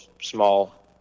small